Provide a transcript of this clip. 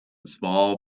small